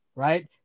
right